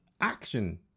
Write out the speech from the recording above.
action